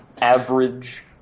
average